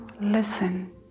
listen